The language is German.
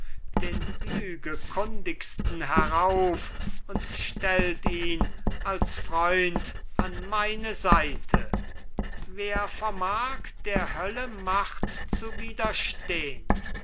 den lügekundigsten herauf und stellt ihn als freund an meine seite wer vermag der hölle macht zu widerstehn